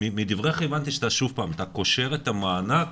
מדבריך הבנתי שאתה קושר את המענק